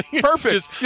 Perfect